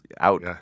out